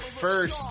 first